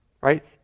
Right